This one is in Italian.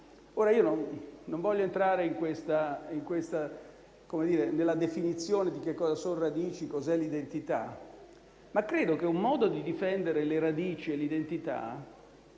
Ora, io non voglio entrare nella definizione di che cosa sono le radici e di cos'è l'identità. Ma credo che un modo di difendere le radici e l'identità sia